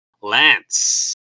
Lance